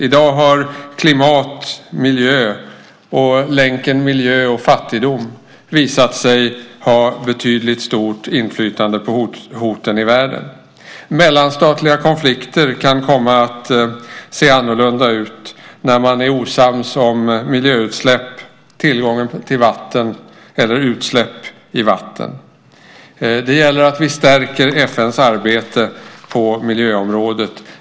I dag har klimat och miljö samt länken miljö och fattigdom visat sig ha betydligt större inflytande på hoten i världen. Mellanstatliga konflikter kan komma att se annorlunda ut när man är osams om miljöutsläpp, tillgången till vatten eller utsläpp i vatten. Det gäller att vi stärker FN:s arbete på miljöområdet.